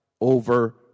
over